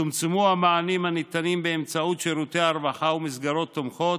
צומצמו המענים הניתנים באמצעות שירותי הרווחה ומסגרות תומכות,